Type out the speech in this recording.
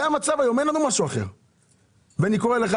אני קורא לך,